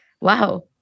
wow